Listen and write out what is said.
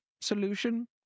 solution